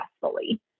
successfully